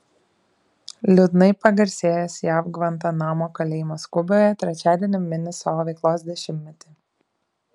liūdnai pagarsėjęs jav gvantanamo kalėjimas kuboje trečiadienį mini savo veiklos dešimtmetį